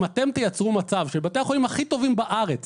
אם אתם תייצרו מצב שבתי החולים הכי טובים בארץ